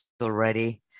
already